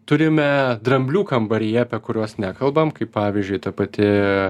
turime dramblių kambaryje apie kuriuos nekalbam kaip pavyzdžiui ta pati